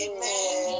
Amen